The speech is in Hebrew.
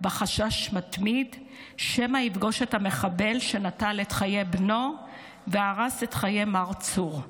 בחשש מתמיד שמא יפגוש את המחבל שנטל את חיי בנו והרס את חיי מר צור.